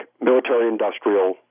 military-industrial